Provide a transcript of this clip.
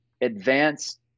advanced